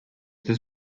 dues